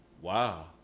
Wow